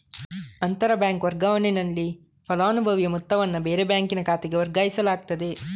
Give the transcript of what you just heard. ಅಂತರ ಬ್ಯಾಂಕ್ ವರ್ಗಾವಣೆನಲ್ಲಿ ಫಲಾನುಭವಿಯ ಮೊತ್ತವನ್ನ ಬೇರೆ ಬ್ಯಾಂಕಿನ ಖಾತೆಗೆ ವರ್ಗಾಯಿಸಲಾಗ್ತದೆ